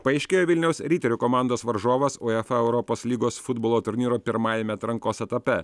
paaiškėjo vilniaus riterių komandos varžovas uefa europos lygos futbolo turnyro pirmajame atrankos etape